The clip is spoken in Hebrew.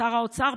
שר האוצר,